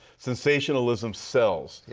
sensationalism sells.